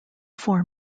four